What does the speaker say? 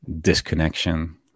disconnection